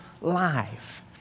life